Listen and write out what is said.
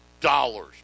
dollars